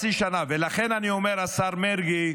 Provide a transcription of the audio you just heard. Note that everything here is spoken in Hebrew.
ולכן אני אומר, השר מרגי,